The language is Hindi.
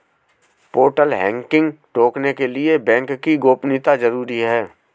पोर्टल हैकिंग रोकने के लिए बैंक की गोपनीयता जरूरी हैं